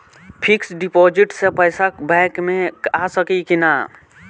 Fix deposit से पैसा bank मे आ सकी कि ना?